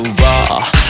raw